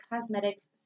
cosmetics